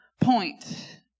point